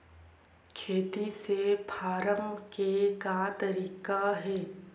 खेती से फारम के का तरीका हे?